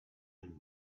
and